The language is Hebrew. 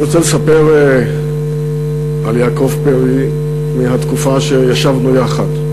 אני רוצה לספר על יעקב פרי מהתקופה שישבנו יחד,